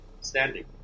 standing